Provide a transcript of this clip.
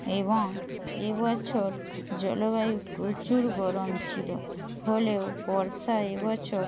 এবং এ বছর জলবায়ু প্রচুর গরম ছিলো হলেও বর্ষা এ বছর